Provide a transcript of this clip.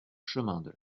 chemin